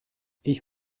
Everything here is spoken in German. ich